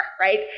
right